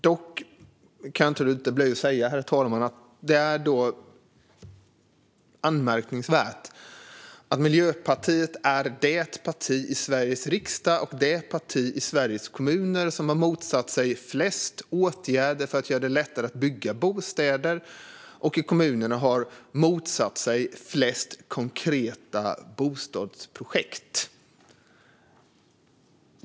Dock kan jag inte låta bli att säga att det då är anmärkningsvärt att Miljöpartiet är det parti i Sveriges riksdag och det parti i Sveriges kommuner som har motsatt sig flest åtgärder för att göra det lättare att bygga bostäder och i kommunerna motsatt sig flest konkreta bostadsprojekt.